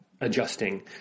adjusting